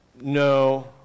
no